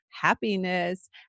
happiness